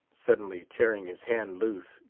suddenly tearing his hand loose,